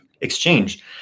exchange